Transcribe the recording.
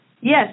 Yes